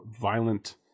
Violent